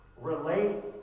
relate